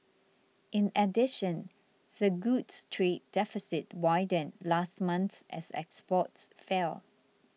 in addition the goods trade deficit widened last month as exports fell